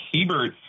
Hebert